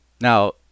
now